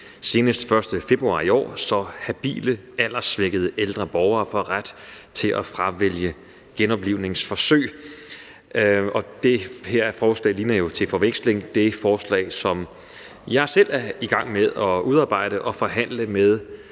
senest den 1. februar i år, så habile alderssvækkede ældre borgere får ret til at fravælge genoplivningsforsøg. Det her forslag ligner jo til forveksling det forslag, som jeg selv er i gang med at udarbejde og forhandle med